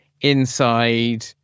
inside